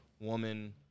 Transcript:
woman